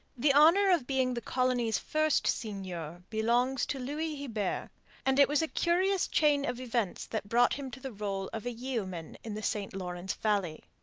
the honour of being the colony's first seigneur belongs to louis hebert, and it was a curious chain of events that brought him to the role of a yeoman in the st lawrence valley.